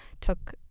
took